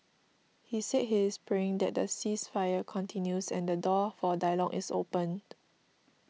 he said he is praying that the ceasefire continues and the door for dialogue is opened